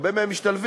הרבה מהם משתלבים,